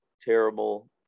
terrible